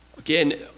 Again